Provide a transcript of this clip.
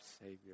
Savior